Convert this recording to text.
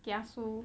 kiasu